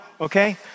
Okay